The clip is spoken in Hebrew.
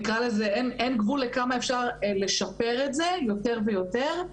נקרא לזה "אין גבול לכמה אפשר לשפר את זה יותר ויותר".